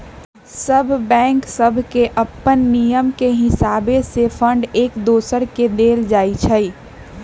सभ बैंक सभके अप्पन नियम के हिसावे से फंड एक दोसर के देल जाइ छइ